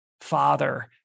Father